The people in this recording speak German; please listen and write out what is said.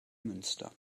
münster